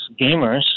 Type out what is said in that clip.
gamers